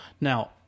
Now